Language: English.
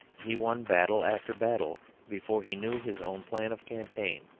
he won battle after battle before he knew his own plan of campaign